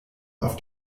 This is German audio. auf